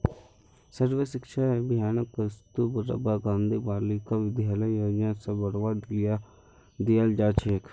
सर्व शिक्षा अभियानक कस्तूरबा गांधी बालिका विद्यालय योजना स बढ़वा दियाल जा छेक